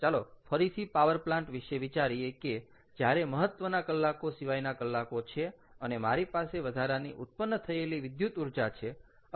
ચાલો ફરીથી power plant વિશે વિચારીએ કે જ્યારે મહત્ત્વના કલાકો સિવાયના કલાકો છે અને મારી પાસે વધારાની ઉત્પન્ન થયેલી વિદ્યુત ઊર્જા છે